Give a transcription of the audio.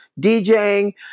DJing